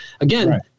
again